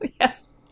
Yes